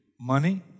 money